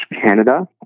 Canada